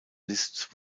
liszt